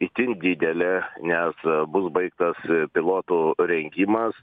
itin didelė nes bus baigtas pilotų rengimas